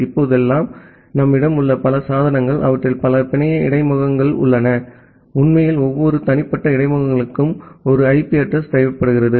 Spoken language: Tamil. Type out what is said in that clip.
இப்போதெல்லாம் நம்மிடம் உள்ள பல சாதனங்கள் அவற்றில் பல பிணைய இடைமுகங்கள் உள்ளன உண்மையில் ஒவ்வொரு தனிப்பட்ட இடைமுகங்களுக்கும் ஒரு ஐபி அட்ரஸிங் தேவைப்படுகிறது